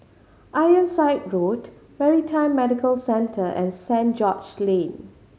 Ironside Road Maritime Medical Centre and Saint George Lane